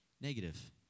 Negative